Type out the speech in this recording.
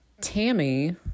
Tammy